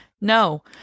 No